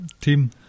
team